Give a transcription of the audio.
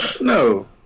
No